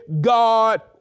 God